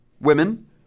Women